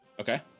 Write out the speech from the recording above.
Okay